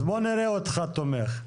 אז בוא נראה אותך תומך.